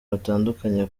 batandukanye